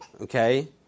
Okay